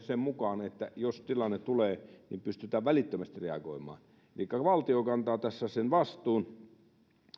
sen mukaan että jos tilanne tulee niin pystytään välittömästi reagoimaan elikkä valtio kantaa tässä sen vastuun